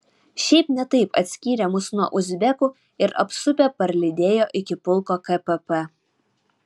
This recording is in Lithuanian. šiaip ne taip atskyrė mus nuo uzbekų ir apsupę parlydėjo iki pulko kpp